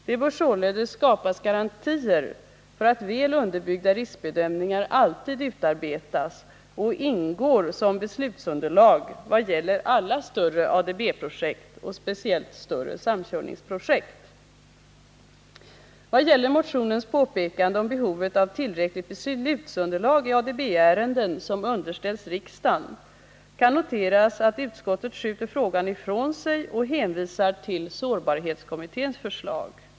Det bör således skapas garantier för att väl underbyggda riskbedömningar alltid utarbetas och ingår som beslutsunderlag vad gäller alla större ADB-projekt och speciellt större samkörningsprojekt. Beträffande motionens påpekande om behovet av tillräckligt beslutsunderlag i ADB-ärenden som underställs riksdagen, kan noteras att utskottet skjuter frågan ifrån sig och hänvisar till sårbarhetskommitténs förslag.